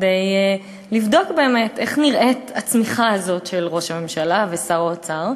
כדי לבדוק באמת איך נראית הצמיחה הזאת של ראש הממשלה ושר האוצר,